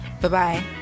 bye-bye